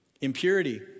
Impurity